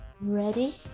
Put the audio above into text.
ready